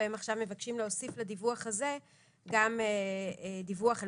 והם עכשיו מבקשים להוסיף לדיווח הזה גם דיווח על